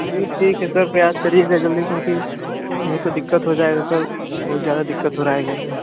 चलिए ठीक है सर प्रयास करियेगा जल्दी क्योंकि नहीं तो दिक्कत हो जाएगा सर बहुत ज़्यादा दिक्कत हो रहा है घर पर